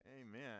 Amen